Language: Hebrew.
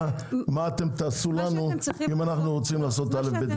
מה אתם תעשו לנו אם אנחנו רוצים לעשות משהו.